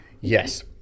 Yes